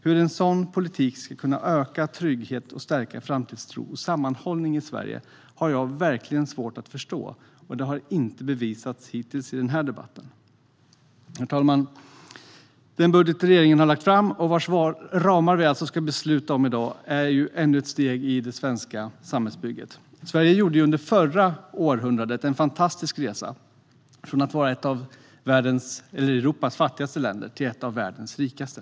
Hur en sådan politik ska kunna öka trygghet och stärka framtidstro och samanhållning i Sverige har jag verkligen svårt att förstå. Det har inte bevisats hittills i den här debatten. Herr talman! Den budget regeringen har lagt fram, och vars ramar vi ska besluta om i dag, är ännu ett steg i det svenska samhällsbygget. Sverige gjorde under det förra århundradet en fantastisk resa från att vara ett av Europas fattigaste länder till att vara ett av världens rikaste.